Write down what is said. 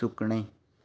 सुकणें